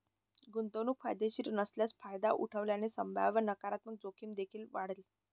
गुंतवणूक फायदेशीर नसल्यास फायदा उठवल्याने संभाव्य नकारात्मक जोखीम देखील वाढेल